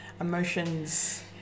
Emotions